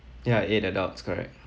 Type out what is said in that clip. ya eight adults correct